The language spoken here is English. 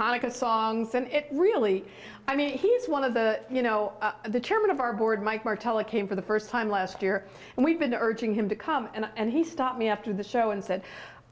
hanukkah songs and really i mean he's one of the you know the chairman of our board mike martella came for the first time last year and we've been urging him to come and he stopped me after the show and said